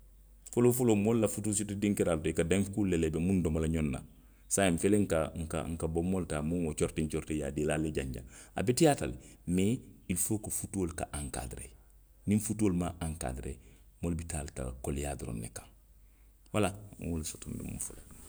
Foloo foloo moolu la futuu siti dinkiraa to, i ka deŋ kuulu le la i be miŋ domo la xoŋ na. saayiŋ, n fele nka nka, nka bonboŋ olu taa moo woo moo coritiŋ coritiŋ, i ye a dii i la, ali ye janjaŋ. A beteyaata le, mee ili foo ko futuolu ka ankaadiree. Niŋ futuolu maŋ ankaadiree, moolu bi taa la ka, koleyaa doroŋ ne kaŋ. Wala, nŋa wo le soto nbe miŋ fo la nuŋ